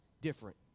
different